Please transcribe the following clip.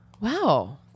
Wow